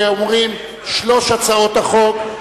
שאומרים: שלוש הצעות החוק,